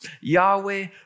Yahweh